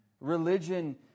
Religion